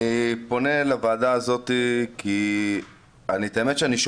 פונה לוועדה הזאת כי את האמת,